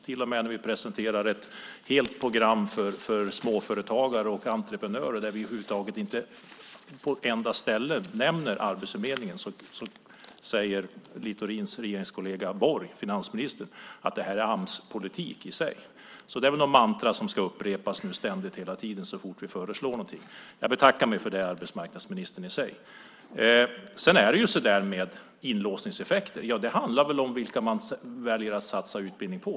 Till och med när vi presenterar ett helt program för småföretagare och entreprenörer där vi över huvud taget inte på ett enda ställe nämner Arbetsförmedlingen säger Littorins regeringskollega Borg, finansministern, att det är Amspolitik. Det är väl något mantra som nu ska upprepas hela tiden så fort vi föreslår någonting. Jag betackar mig för det, arbetsmarknadsministern. När det gäller inlåsningseffekter handlar det om vilka man väljer att satsa utbildning på.